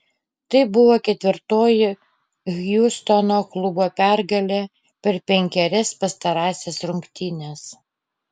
tai buvo ketvirtoji hjustono klubo pergalė per penkerias pastarąsias rungtynes